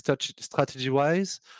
strategy-wise